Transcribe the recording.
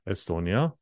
Estonia